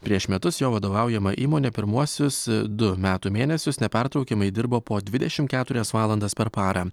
prieš metus jo vadovaujama įmonė pirmuosius du metų mėnesius nepertraukiamai dirbo po dvidešimt keturias valandas per parą